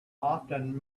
often